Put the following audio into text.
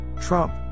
Trump